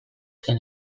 zen